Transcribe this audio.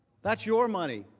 that's your money.